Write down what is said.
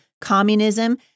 communism